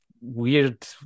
weird